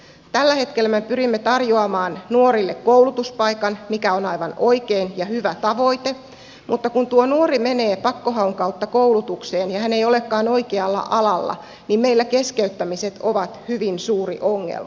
tällä hetkellä me pyrimme tarjoamaan nuorille koulutuspaikan mikä on aivan oikein ja hyvä tavoite mutta kun nuori menee pakkohaun kautta koulutukseen ja hän ei olekaan oikealla alalla niin meillä keskeyttämiset ovat hyvin suuri ongelma